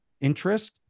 interest